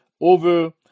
over